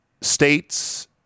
states